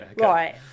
right